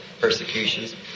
persecutions